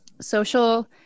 social